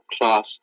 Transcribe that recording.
class